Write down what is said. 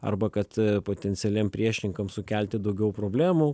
arba kad potencialiem priešininkam sukelti daugiau problemų